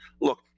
look